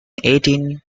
eighteen